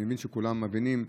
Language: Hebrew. אני מבין שכולם מבינים,